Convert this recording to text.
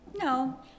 No